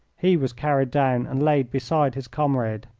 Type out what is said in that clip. he was carried down and laid beside his comrade.